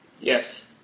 Yes